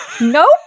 Nope